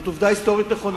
זאת עובדה היסטורית נכונה.